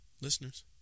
listeners